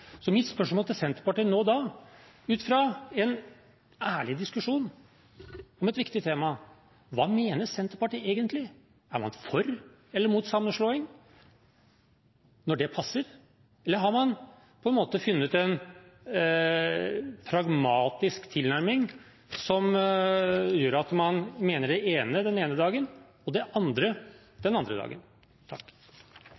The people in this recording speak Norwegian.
Så mitt spørsmål til Senterpartiet nå er da, ut fra en ærlig diskusjon om et viktig tema: Hva mener Senterpartiet egentlig? Er man for eller mot sammenslåing når det passer, eller har man på en måte funnet en pragmatisk tilnærming, som gjør at man mener det ene den ene dagen og det andre